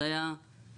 זה היה 'כשייצא'